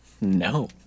No